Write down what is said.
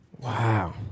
Wow